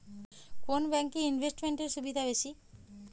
কোন ব্যাংক এ ইনভেস্টমেন্ট এর সুবিধা বেশি?